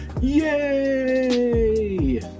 Yay